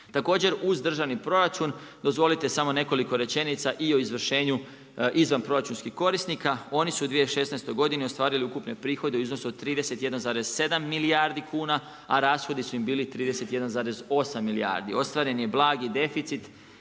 Također uz državni proračun dozvolite samo nekoliko rečenica i o izvršenju izvanproračunskih korisnika. Oni su u 2016. godini ostvarili ukupne prihode u iznosu od 31,7 milijardi kuna a rashodi su im bili 31,8 milijardi. Ostvareni je blagi deficit,